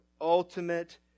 ultimate